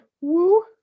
Woo